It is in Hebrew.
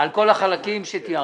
על כל החלקים שתיארתי?